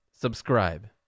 Subscribe